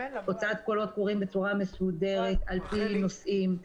הוצאת קולות קוראים בצורה מסודרת על פי נושאים,